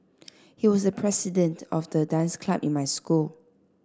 he was the president of the dance club in my school